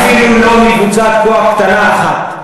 אפילו לא מקבוצת כוח קטנה אחת.